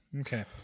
okay